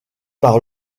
par